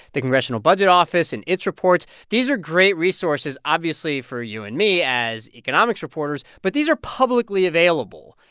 the congressional budget office and its reports. these are great resources, obviously, for you and me as economics reporters, but these are publicly available,